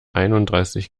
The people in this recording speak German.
einunddreißig